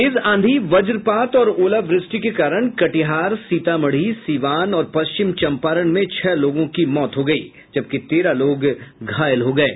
तेज आंधी वज्रपात और ओलावृष्टि के कारण कटिहार सीतामढ़ी सिवान और पश्चिम चंपारण में छह लोगों की मौत हो गयी जबकि तेरह लोग घायल हो गये